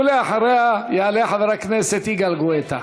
ואחריה יעלה חבר הכנסת יגאל גואטה.